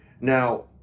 Now